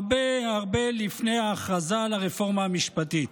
הרבה הרבה לפני ההכרזה על הרפורמה המשפטית.